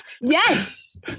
Yes